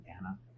Anna